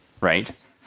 right